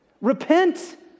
repent